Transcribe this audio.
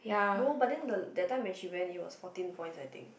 no but then the that time when she went in was fourteen points I think